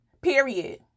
Period